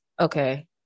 Okay